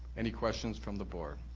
any questions from the board?